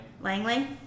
Langley